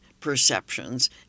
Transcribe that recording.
perceptions